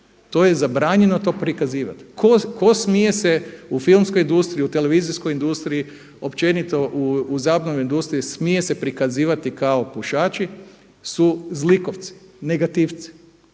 To je zabranjeno to prikazivati. Tko smije se u filmskoj industriji, u televizijskoj industriji općenito u zabavnoj industriji smije se prikazivati kao pušači su zlikovci, negativci.